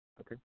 Okay